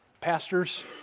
pastors